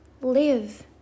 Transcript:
live